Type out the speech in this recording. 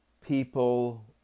people